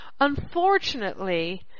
Unfortunately